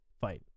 fight